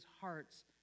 hearts